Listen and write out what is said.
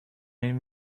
این